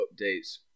updates